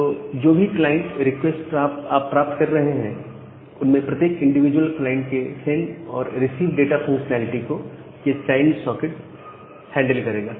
तो जो भी क्लाइंट रिक्वेस्ट आप प्राप्त कर रहे हैं उनमें प्रत्येक इंडिविजुअल क्लाइंट के सेंड और रिसीव डाटा फंक्शनैलिटी को यह चाइल्ड सॉकेट हैंडल करेगा